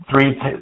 three